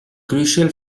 crucial